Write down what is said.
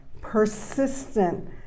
persistent